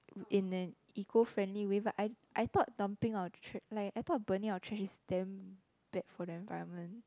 in an eco friendly way but I I thought dumping our tra~ like I thought burning our trash is damn bad for the environment